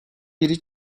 biri